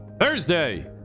Thursday